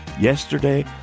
Yesterday